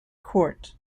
court